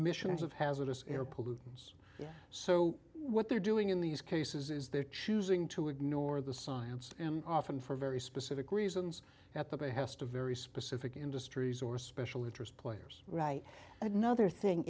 emissions of hazardous air pollutants so what they're doing in these cases is they're choosing to ignore the science and often for very specific reasons at the behest of very specific industries or special interest players right another thing